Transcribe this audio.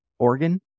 organ